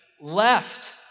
left